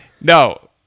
No